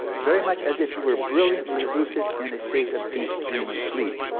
very much as if you were brilliantly lucid, in a state of deep dreamless sleep,